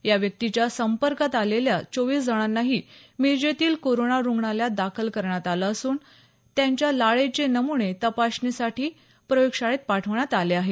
या व्यक्तीच्या संपर्कात आलेल्या चोवीस जणांनाही मिरजेतील कोरोना रुग्णालयात दाखल करण्यात आलं असून त्यांच्या लाळेचे नमुने तपासणीसाठी प्रयोगशाळेत पाठवण्यात आले आहेत